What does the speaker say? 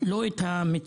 לא את המצוקה,